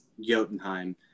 Jotunheim